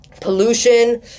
Pollution